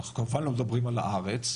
אז כמובן לא מדברים על הארץ,